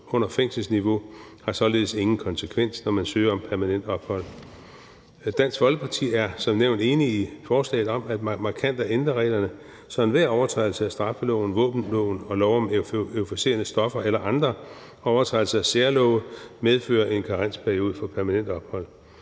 under fængselsniveau har således ingen konsekvens, når man søger om permanent ophold. Dansk Folkeparti er som nævnt enige i forslaget om markant at ændre reglerne, så enhver overtrædelse af straffeloven, våbenloven og lov om euforiserende stoffer eller andre overtrædelser af særlove medfører en karensperiode for permanent ophold.